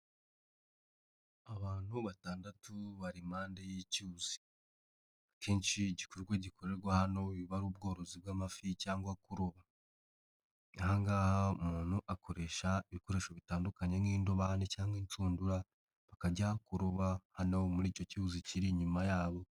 Abantu batandatu bari impande y'icyuzi. Akenshi igikorwa gikorerwa hano biba ari ubworozi bw'amafi cyangwa kuroba. Aha ngaha umuntu akoresha ibikoresho bitandukanye nk'indobane cyangwa inshundura, bakajya kuroba hano muri icyo cyuzi kiri inyuma yabo.